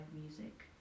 music